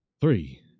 Three